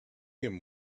him